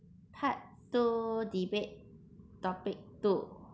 part two debate topic two